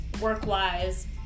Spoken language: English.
work-wise